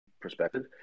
perspective